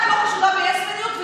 את לא חשודה ביס-מניות,